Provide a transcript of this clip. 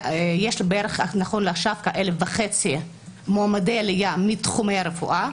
יש בערך נכון לעכשיו כ-1,500 מועמדי עלייה מתחומי הרפואה,